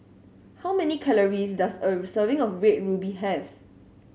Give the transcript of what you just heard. how many calories does a serving of Red Ruby have